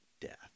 death